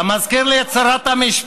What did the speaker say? אתה מזכיר לי את שרת המשפטים,